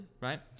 right